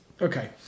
Okay